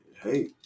hey